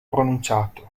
pronunciato